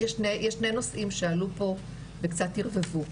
יש שני נושאים שעלו פה וקצת ערבבו,